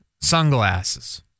sunglasses